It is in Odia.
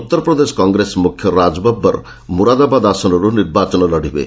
ଉତ୍ତରପ୍ରଦେଶ କଂଗ୍ରେସ ମୁଖ୍ୟ ରାଜ ବବର୍ ମୁରଦାବାଦ ଆସନରୁ ନିର୍ବାଚନ ଲଢ଼ିବେ